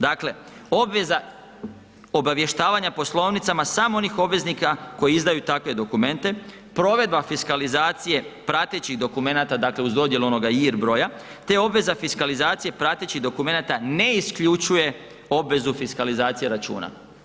Dakle obveza obavještavanja poslovnicama samo onih obveznika koji izdaju takve dokumente, provedba fiskalizacije pratećih dokumenata, dakle uz dodjelu onoga JIR broja te obveza fiskalizacije pratećih dokumenata ne isključuje obvezu fiskalizacije računa.